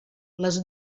les